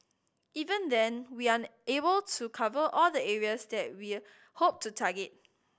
even then we are unable to cover all the areas that we hope to target